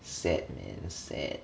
sad man sad